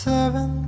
Seven